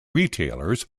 retailers